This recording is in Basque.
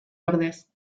ordez